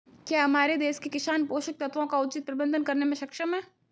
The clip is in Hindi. क्या हमारे देश के किसान पोषक तत्वों का उचित प्रबंधन करने में सक्षम हैं?